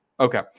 Okay